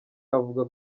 avuga